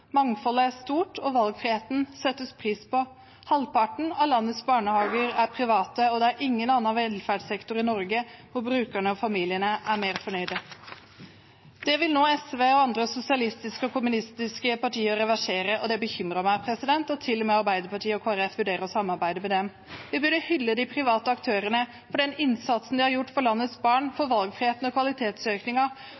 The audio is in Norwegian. Mangfoldet er stort, og valgfriheten settes pris på. Halvparten av landets barnehager er private, og det er ingen annen velferdssektor i Norge hvor brukerne og familiene er mer fornøyde. Dette vil nå SV og andre sosialistiske og kommunistiske partier reversere, og det bekymrer meg at til og med Arbeiderpartiet og Kristelig Folkeparti vurderer å samarbeide med dem. Vi burde hylle de private aktørene for den innsatsen de har gjort for landets barn, for